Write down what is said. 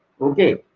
Okay